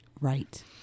right